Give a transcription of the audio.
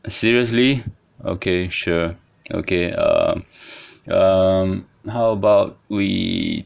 seriously okay sure okay err um how about we